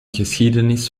geschiedenis